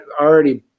already